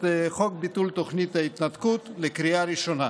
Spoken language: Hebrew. חוק ביטול תוכנית ההתנתקות לקריאה ראשונה.